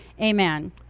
amen